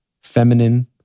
Feminine